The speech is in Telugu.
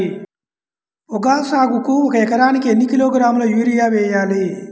పొగాకు సాగుకు ఒక ఎకరానికి ఎన్ని కిలోగ్రాముల యూరియా వేయాలి?